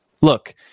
Look